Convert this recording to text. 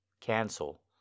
Cancel